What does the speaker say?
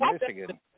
Michigan